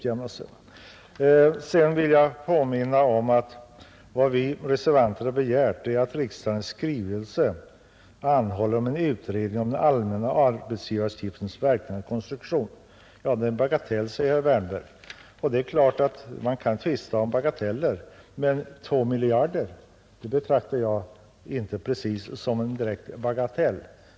Jag vill påminna om att vad vi reservanter har begärt är att riksdagen i skrivelse till Kungl. Maj:t anhåller om utredning om den allmänna arbetsgivaravgiftens verkningar och konstruktion. Det är en bagatell, säger herr Wärnberg. Man kan naturligtvis tvista om vad som är bagateller, men 2 miljarder betraktar jag inte direkt som en bagatell.